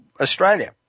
Australia